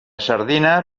sardina